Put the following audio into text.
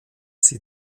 sie